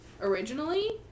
originally